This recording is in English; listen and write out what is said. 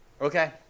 Okay